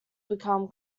become